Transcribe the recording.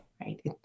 Right